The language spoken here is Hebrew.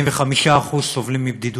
45% סובלים מבדידות.